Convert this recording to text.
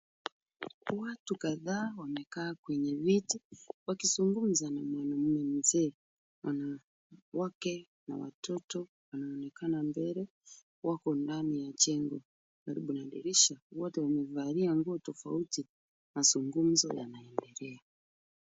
Watu kadhaa wamekaa kwenye viti wakizungumza na mwanamume mzee. Wanawake na watoto wanaonekana mbele, wako ndani ya jengo karibu na dirisha, wote wamevalia nguo tofauti. Mazungumzo yanaendelea.